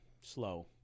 slow